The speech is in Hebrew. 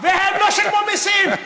והם לא שילמו מיסים.